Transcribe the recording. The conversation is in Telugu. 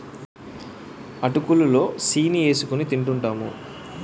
అటుకులు లో సీని ఏసుకొని తింటూంటాము